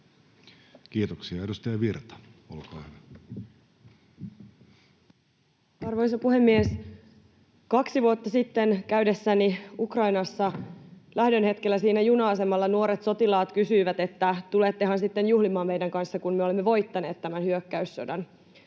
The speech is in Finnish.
Kiitoksia. — Edustaja Virta, olkaa hyvä. Arvoisa puhemies! Kaksi vuotta sitten käydessäni Ukrainassa lähdön hetkellä siinä juna-asemalla nuoret sotilaat kysyivät, että tulettehan sitten juhlimaan meidän kanssamme, kun me olemme voittaneet tämän hyökkäyssodan.